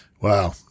Wow